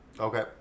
Okay